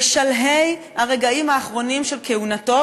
בשלהי הרגעים האחרונים של כהונתו,